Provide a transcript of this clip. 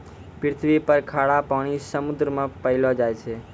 पृथ्वी पर खारा पानी समुन्द्र मे पैलो जाय छै